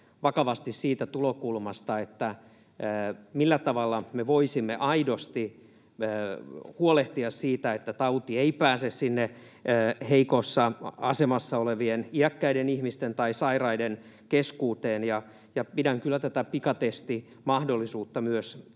vakavasti siitä tulokulmasta, millä tavalla me voisimme aidosti huolehtia siitä, että tauti ei pääse sinne heikossa asemassa olevien iäkkäiden ihmisten tai sairaiden keskuuteen, ja pidän kyllä tätä pikatestimahdollisuutta myös